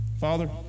Father